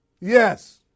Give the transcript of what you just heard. Yes